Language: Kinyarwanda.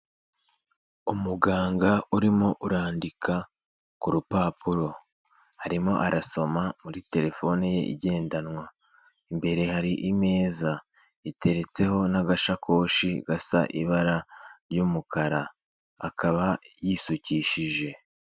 Umuganga urimo urandika ku rupapuro. Arimo arasoma muri telefone ye igendanwa. Imbere hari imeza, iteretseho n'agasakoshi gasa ibara ry'umukara. Akaba yisukishije.